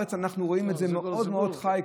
ובארץ אנחנו רואים את זה מאוד מאוד חי,